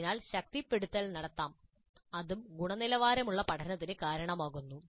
അതിനാൽ ശക്തിപ്പെടുത്തൽ നടത്താം അതും ഗുണനിലവാരമുള്ള പഠനത്തിന് കാരണമാകുന്നു